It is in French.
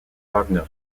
wagner